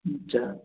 अच्छा